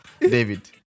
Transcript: David